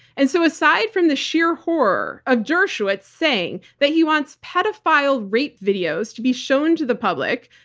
and so aside from the sheer horror of dershowitz saying that he wants pedophile rape videos to be shown to the public,